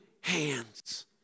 hands